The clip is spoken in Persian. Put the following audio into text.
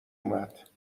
اومد